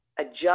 adjust